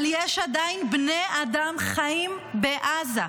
אבל יש עדיין בני אדם חיים בעזה.